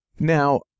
Now